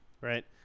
right